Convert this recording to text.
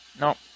No